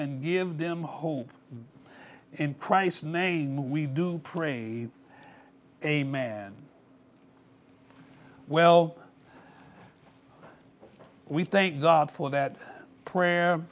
and give them a home in christ's name we do pray a man well we thank god for that prayer